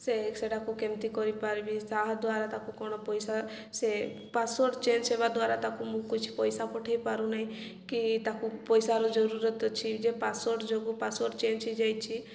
ସେ ସେଟାକୁ କେମିତି କରିପାରିବି ତାହା ଦ୍ୱାରା ତାକୁ କ'ଣ ପଇସା ସେ ପାସୱାର୍ଡ଼ ଚେଞ୍ଜ ହେବା ଦ୍ୱାରା ତାକୁ ମୁଁ କିଛି ପଇସା ପଠାଇ ପାରୁନାହିଁ କି ତାକୁ ପଇସାର ଜରୁରତ ଅଛି ଯେ ପାସୱାର୍ଡ଼ ଯୋଗୁଁ ପାସୱାର୍ଡ଼ ଚେଞ୍ଜ ହେଇଯାଇଛି